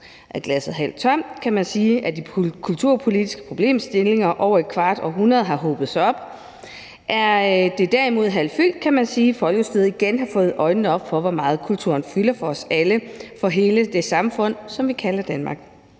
Er glasset halvt tomt, kan man sige, at de kulturpolitiske problemstillinger over et kvart århundrede har hobet sig op. Er det derimod halvt fyldt, kan man sige, at folkestyret igen har fået øjnene op for, hvor meget kulturen fylder for os alle, for hele det samfund, som vi kalder Danmark.